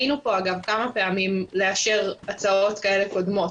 היינו פה אגב כמה פעמים לאשר הצעות כאלה קודמות,